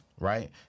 Right